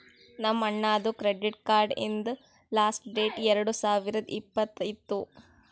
ನಮ್ ಅಣ್ಣಾದು credit card ಹಿಂದ್ ಲಾಸ್ಟ್ ಡೇಟ್ ಎರಡು ಸಾವಿರದ್ ಇಪ್ಪತ್ತ್ ಇತ್ತು